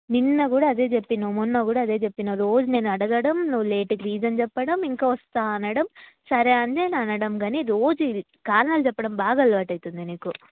నిన్న కూడా అదే చెప్పావు మొన్న కూడా అదే చెప్పావు రోజు నేను అడగడం నువ్వు లేటుకి రీజన్ చెప్పడం ఇంక వస్తాను అనడం సరే అని నేను అనడం కానీ రోజు కారణాలు చెప్పడం బాగా అలవాటవుతోంది నీకు